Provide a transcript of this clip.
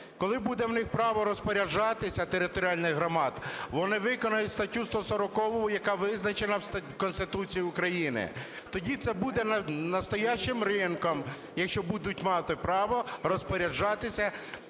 Коли буде в них право розпоряджатися, територіальних громад, вони виконають статтю 140, яка визначена в Конституції України. Тоді це буде справжнім ринком, якщо будуть мати право розпоряджатися